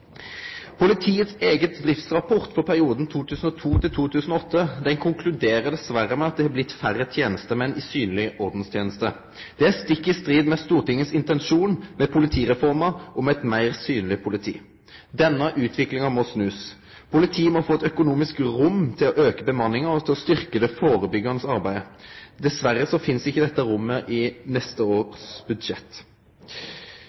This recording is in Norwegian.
Politiets eigen driftsrapport for perioden 2002–2008 konkluderer dessverre med at det er blitt færre tenestemenn i synleg ordensteneste. Det er stikk i strid med Stortingets intensjon med politireforma om eit meir synleg politi. Denne utviklinga må snuast. Politiet må få økonomisk rom til å auke bemanninga og til å styrkje det førebyggjande arbeidet. Dessverre finst ikkje dette rommet i neste